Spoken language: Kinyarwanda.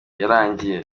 yarangiye